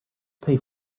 pay